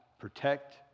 protect